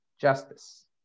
justice